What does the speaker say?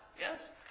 Yes